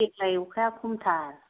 देग्लाय अखाया खमथार